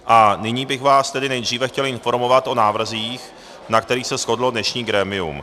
A nyní bych vás nejdříve chtěl informovat o návrzích, na kterých se shodlo dnešní grémium.